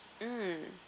mm